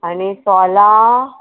आनी सोलां